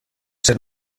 ser